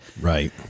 Right